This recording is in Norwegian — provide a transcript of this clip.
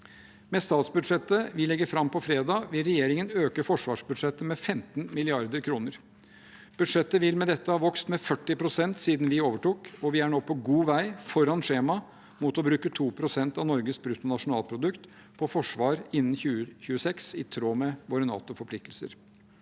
Med statsbudsjettet vi legger fram på fredag, vil regjeringen øke forsvarsbudsjettet med 15 mrd. kr. Budsjettet vil med dette ha vokst med 40 pst siden vi overtok, og vi er nå på god vei, foran skjemaet, mot å bruke 2 pst. av Norges brutto nasjonalprodukt på forsvar innen 2026, i tråd med våre NATO-forpliktelser.